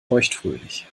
feuchtfröhlich